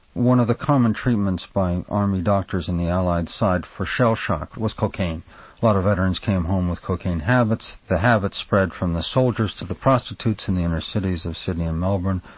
one of the common treatments by army doctors in the allied side for shell shock was cocaine. a lot of veterans came home with cocaine habits, the habit spread from the soldiers to the prostitutes in the inner cities of sydney and melbourne,